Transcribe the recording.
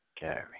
Gary